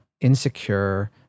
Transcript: insecure